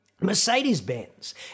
Mercedes-Benz